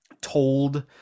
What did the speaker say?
told